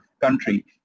country